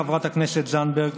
חברת הכנסת זנדברג,